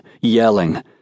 yelling